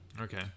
Okay